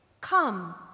come